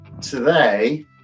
today